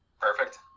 perfect